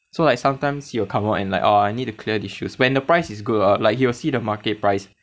so like sometimes he will come out and like orh I need to clear these shoes when the price is good hor like he will see the market price